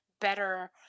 Better